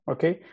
Okay